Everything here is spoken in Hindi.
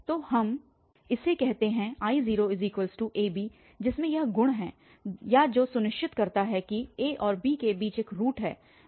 तो हम इसे कहते हैं I0a b जिसमें यह गुण है या जो सुनिश्चित करता है कि a और b के बीच एक रूट है